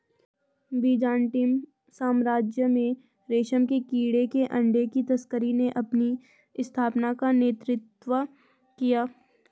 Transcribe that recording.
Byzantine साम्राज्य में रेशम के कीड़े के अंडे की तस्करी ने अपनी स्थापना का नेतृत्व किया